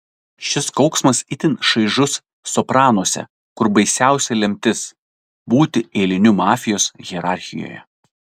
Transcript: šis kauksmas itin šaižus sopranuose kur baisiausia lemtis būti eiliniu mafijos hierarchijoje